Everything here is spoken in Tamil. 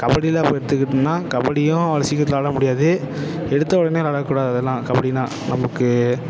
கபடிலாம் கத்துக்கிட்டனா கபடியும் அவ்வளோ சீக்கிரத்தில் விளாட முடியாது எடுத்த உடனே விளாடக்கூடாது அதெல்லாம் கபடிலாம் நமக்கு